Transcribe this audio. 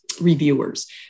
reviewers